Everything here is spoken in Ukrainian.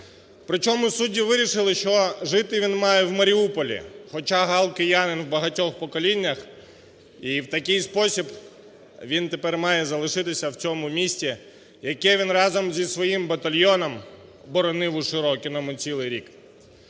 причому судді вирішили, що жити він має в Маріуполі. Хоча "Гал" киянин у багатьох поколіннях, і в такий спосіб він тепер має залишитися в цьому місті, яке він разом зі своїм батальйоном боронив у Широкіному цілий рік.